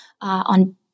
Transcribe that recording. on